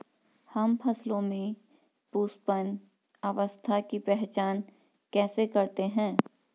हम फसलों में पुष्पन अवस्था की पहचान कैसे करते हैं?